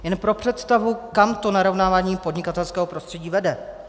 Jen pro představu, kam to narovnávání podnikatelského prostředí vede.